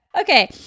Okay